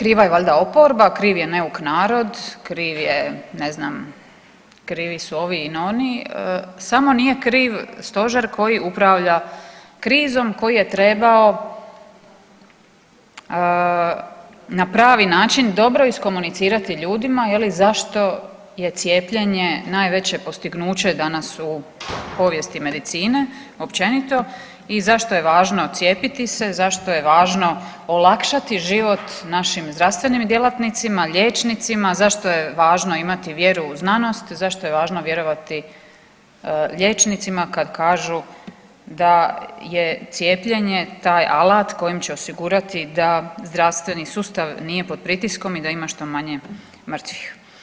Kriva je valjda oporba, kriv je neuk narod, kriv je ne znam, krivi su ovi ili oni, samo nije kriv stožer koji upravlja krizom koji je trebao na pravi način dobro iskomunicirati ljudima zašto je cijepljenje najveće postignuće danas u povijesti medicine općenito i zašto je važno cijepiti se, zašto je važno olakšati život našim zdravstvenim djelatnicima, liječnicima, zašto je važno imati vjeru u znanost, zašto je važno vjerovati liječnicima kada kažu da je cijepljenje taj alat kojim će osigurati da zdravstveni sustav nije pod pritiskom i da ima što manje mrtvih.